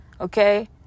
Okay